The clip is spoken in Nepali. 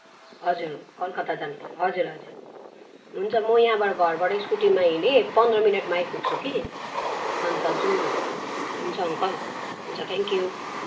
हजुर कलकत्ता जान हजुर हजुर हुन्छ म यहाँबाट घरबाट स्कुटीमा हिनेँ पन्ध्र मिनेटमा आइपुग्छु कि अन्त जाऔँ न हुन्छ अङ्कल हुन्छ थ्याङ्कयु